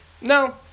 No